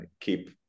keep